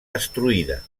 destruïda